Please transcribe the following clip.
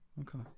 Okay